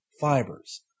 fibers